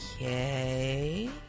Okay